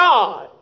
God